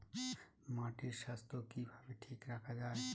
মাটির স্বাস্থ্য কিভাবে ঠিক রাখা যায়?